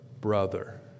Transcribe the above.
brother